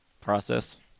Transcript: process